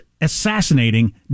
assassinating